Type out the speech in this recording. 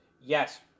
yes